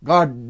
God